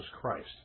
Christ